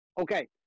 Okay